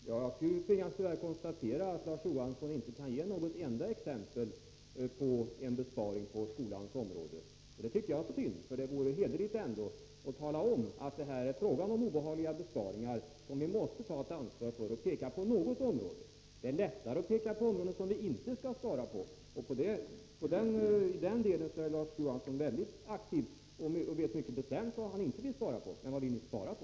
Herr talman! Tyvärr tvingas jag konstatera att Larz Johansson inte kan ge något enda exempel på besparingar på skolans område. Det är synd, för det vore hederligt att tala om att det är fråga om obehagliga besparingar som vi måste ta ett ansvar för. Det är lättare att peka på områden som vi inte skall spara på, och i den delen är Larz Johansson väldigt aktiv och vet bestämt vad han inte vill spara på.